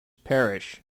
parish